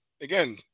again